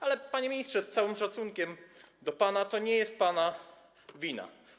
Ale panie ministrze, z całym szacunkiem do pana, to nie jest pana wina.